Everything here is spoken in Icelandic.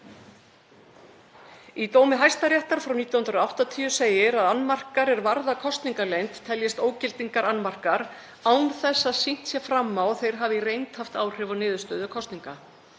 Í dómi Hæstaréttar í máli nr. 96/1980 segir að annmarkar er varða kosningaleynd teljist ógildingarannmarkar án þess að sýnt sé fram á að þeir hafi í reynd haft áhrif á niðurstöðu kosninga.